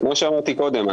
כמו שאמרתי קודם,